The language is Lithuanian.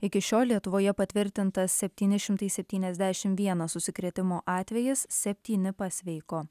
iki šiol lietuvoje patvirtintas septyni šimtai septyniasdešim vienas užsikrėtimo atvejis septyni pasveiko